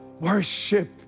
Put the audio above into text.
worship